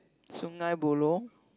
Sungei-Buloh